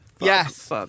Yes